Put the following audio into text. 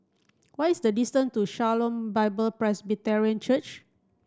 what is the distance to Shalom Bible Presbyterian Church